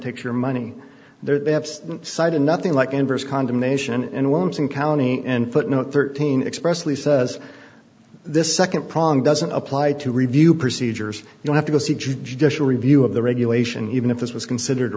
takes your money there they have cited nothing like ambers condemnation and whims and county and footnote thirteen expressly says this second problem doesn't apply to review procedures you don't have to go see judicial review of the regulation even if this was considered